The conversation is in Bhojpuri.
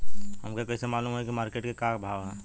हमके कइसे मालूम होई की मार्केट के का भाव ह?